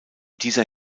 dieser